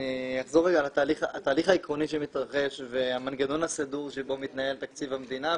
התהליך העקרוני שמתרחש והמנגנון הסדור שבו מתנהל תקציב המדינה,